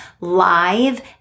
live